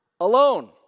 alone